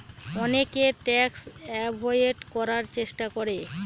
অনেকে tax avoid করার চেষ্টা করে